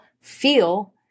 feel